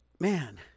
Man